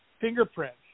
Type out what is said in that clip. fingerprints